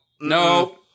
No